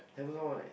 haven't come out right